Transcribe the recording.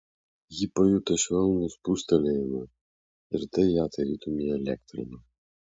ji pajuto švelnų spustelėjimą ir tai ją tarytum įelektrino